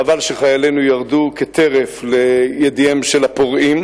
חבל שחיילינו ירדו כטרף לידיהם של הפורעים,